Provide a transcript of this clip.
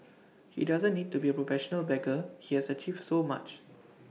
he doesn't need to be A professional beggar he has achieved so much